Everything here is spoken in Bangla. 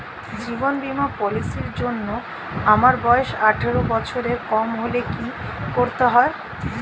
জীবন বীমা পলিসি র জন্যে আমার বয়স আঠারো বছরের কম হলে কি করতে হয়?